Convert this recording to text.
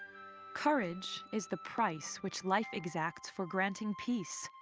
courage is the price which life exacts for granting peace.